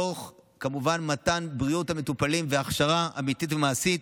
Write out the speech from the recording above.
כמובן תוך הגנה על בריאות המטופלים והכשרה אמיתית ומעשית.